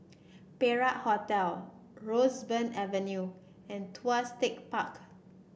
Perak Hotel Roseburn Avenue and Tuas Tech Park